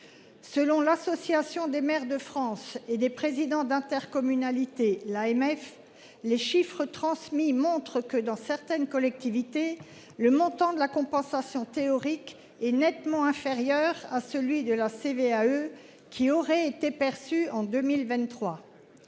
Selon l'Association des maires de France et des présidents d'intercommunalités. L'AMF. Les chiffres transmis montrent que dans certaines collectivités le montant de la compensation théorique est nettement inférieur à celui de la CVAE qui aurait été perçu en 2023.